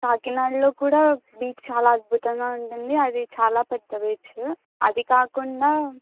కాకినాడలో కూడ బీచ్ చాలా అద్భుతంగా ఉంటుంది అది చాలా పెద్ద బీచ్ అది కాకుండా